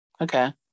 okay